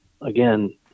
again